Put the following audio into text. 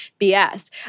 BS